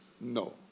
No